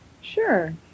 Sure